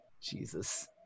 Jesus